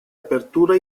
apertura